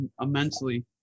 immensely